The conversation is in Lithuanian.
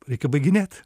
reikia baiginėt